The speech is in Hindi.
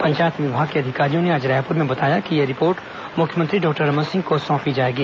पंचायत विभाग के अधिकारियों ने आज रायपुर में बताया कि यह रिपोर्ट मुख्यमंत्री डॉक्टर रमन सिंह को सौंपी जाएगी